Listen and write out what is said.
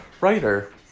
writer